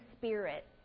spirit